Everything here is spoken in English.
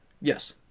Yes